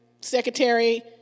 secretary